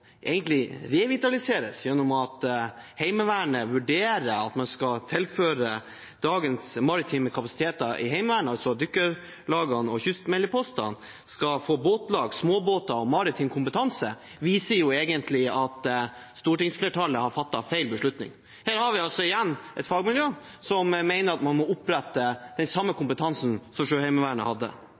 gjennom at Heimevernet vurderer at dagens maritime kapasiteter i Heimevernet, altså dykkerlagene og kystmeldepostene, skal tilføres båtlag, småbåter og maritim kompetanse, viser egentlig at stortingsflertallet har fattet feil beslutning. Her har vi igjen et fagmiljø som mener at man må opprette den samme kompetansen som Sjøheimevernet hadde.